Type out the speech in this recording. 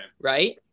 right